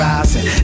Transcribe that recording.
Rising